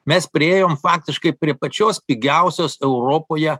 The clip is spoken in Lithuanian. mes priėjom faktiškai prie pačios pigiausios europoje